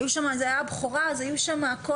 היו שם, זאת הייתה הבכורה, אז היו שם כל